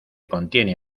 contiene